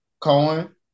Cohen